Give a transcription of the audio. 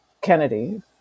Kennedy